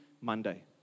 Monday